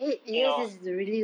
you know